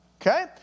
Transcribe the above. Okay